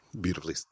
Beautifully